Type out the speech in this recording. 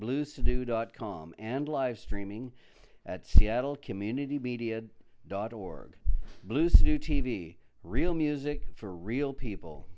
blues do dot com and live streaming at seattle community media dot org blues to do t v real music for real people